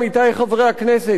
עמיתי חברי הכנסת,